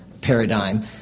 paradigm –